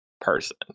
person